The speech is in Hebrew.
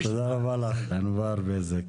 סמי אבו שחאדה.